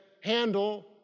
handle